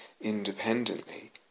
independently